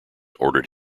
ordered